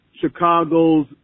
Chicago's